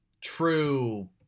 true